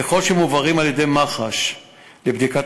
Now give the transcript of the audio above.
ככל שמועברים על-ידי מח"ש לבדיקת